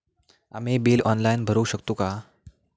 आम्ही bill online भरुक शकतू मा?